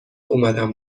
اومدم